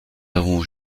avons